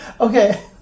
Okay